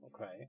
Okay